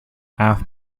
half